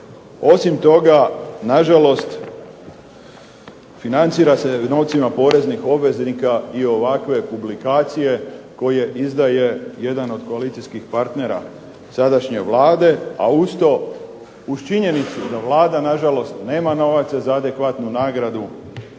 Osim toga, nažalost financira se novcima poreznim obveznika i ovakve publikacije koje izdaje jedan od koalicijskih partnera sadašnje Vlade. A uz to, uz činjenicu da Vlada nažalost nema novaca za adekvatnu nagradu